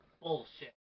bullshit